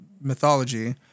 mythology